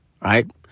right